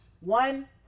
One